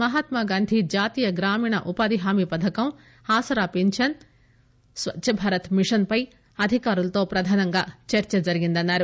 మహాత్గాగాంధీ జాతీయ గ్రామీణ ఉపాధి హామీ పథకం ఆసరా పిన్వన్ స్వచ్చ్ భారత్ మిషన్ పై అధికారులతో ప్రధానంగా చర్చ జరిగిందన్నారు